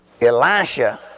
Elisha